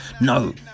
no